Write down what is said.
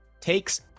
takes